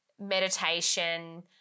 meditation